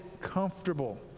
comfortable